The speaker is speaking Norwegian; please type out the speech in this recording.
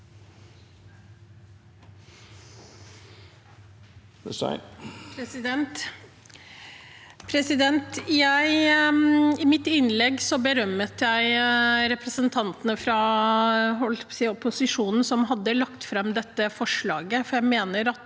I mitt innlegg be- rømmet jeg representantene fra opposisjonen som hadde lagt fram dette forslaget,